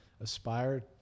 aspire